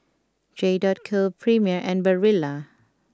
J dot Co Premier and Barilla